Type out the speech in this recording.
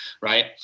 right